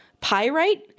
Pyrite